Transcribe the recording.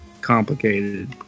complicated